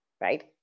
right